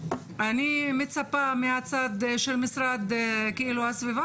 אני מצפה מהצד של המשרד להגנת הסביבה